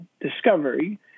discovery